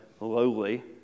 lowly